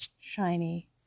shiny